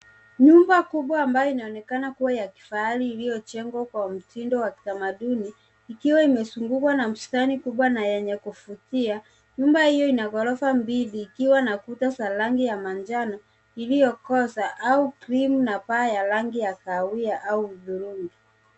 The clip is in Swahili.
Nyumba kubwa ambayo inaonekana kuwa ya kifahari iliyojengwa kwa mtindo wa kitamaduni, ikiwa imezungukwa na bustani kubwa na yenye kuvutia. Nyumba hiyo ina ghorofa mbili ikiwa na kuta za rangi ya manjano iliokoza au krimu na paa ya rangi ya kahawia au hudhurungi.